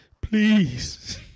Please